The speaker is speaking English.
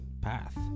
path